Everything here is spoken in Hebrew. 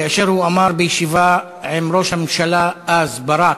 כאשר הוא אמר בישיבה עם ראש הממשלה אז, ברק: